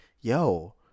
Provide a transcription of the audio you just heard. yo